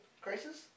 crisis